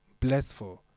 blessful